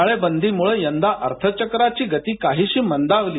टाळेबंदीमुळं यंदा अर्थचक्राची गती काहीशी मंदावली